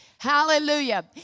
Hallelujah